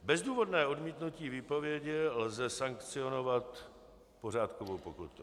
Bezdůvodné odmítnutí výpovědi lze sankcionovat pořádkovou pokutou.